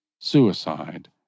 suicide